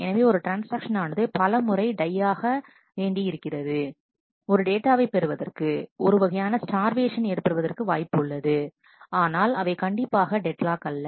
எனவே ஒரு ட்ரான்ஸ்ஆக்ஷன் ஆனது பலமுறை டை ஆக வேண்டியிருக்கிறது ஒரு டேட்டாவை பெறுவதற்கு ஒருவகையான ஸ்டார்வேஷன் ஏற்படுவதற்கு வாய்ப்பு உள்ளது ஆனால் அவை கண்டிப்பாக டெட் லாக் அல்ல